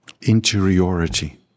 Interiority